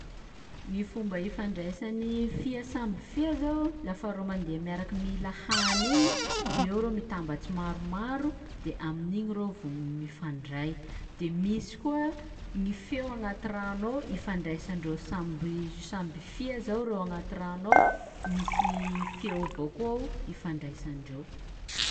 Gny fomba ifandraisan'ny fia samby fia zao lafa reo mandeha miaraky mila hany igny eo reo mitambatsy maromaro de amin'igny reo vao m- mifandray, de misy koa gny feo agnaty rano ao ifandraisandreo samby samby fia zao reo agnaty rano ao, misy feo avao koa ao ifandraisandreo.